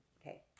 Okay